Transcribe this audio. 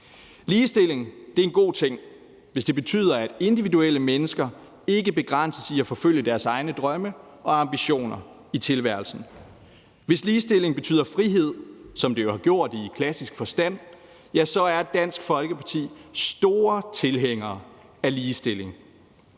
Ligestilling er en god ting, hvis det betyder, at individuelle mennesker ikke begrænses i at forfølge deres egne drømme og ambitioner i tilværelsen. Hvis ligestilling betyder frihed, som det jo har gjort i klassisk forstand, så er Dansk Folkeparti store tilhængere af ligestilling.